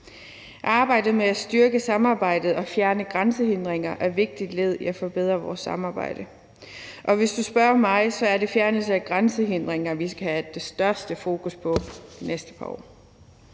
Arbejdet med at styrke samarbejdet og fjerne grænsehindringer er et vigtigt led i at forbedre vores samarbejde. Og hvis du spørger mig, er det fjernelse af grænsehindringer, vi skal have det største fokus på de næste par år.